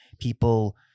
people